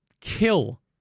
kill